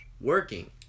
working